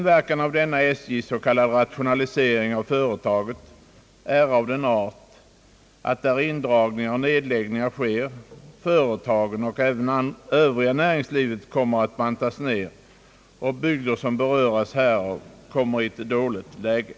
Verkan av denna SJ:s s.k. rationalisering av företaget är av den art, att där indragning av järnvägar sker, kommer företagen och näringslivet över huvud taget att bantas ned. Bygder som berörs härav kommer i ett dåligt läge.